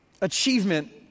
achievement